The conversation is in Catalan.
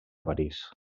parís